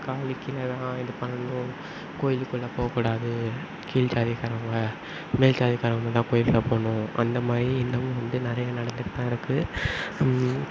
காலுக்கு கீழே தான் இது பண்ணணும் கோவிலுக்குள் போகக்கூடாது கீழ் ஜாதிக்காரவங்க மேல் ஜாதிக்காரவங்க மட்டு தான் கோவிலுக்குலாம் போகணும் அந்த மாதிரி இன்னமும் வந்து நிறையா நடந்துட்டு தான் இருக்கு